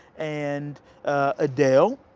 and adele.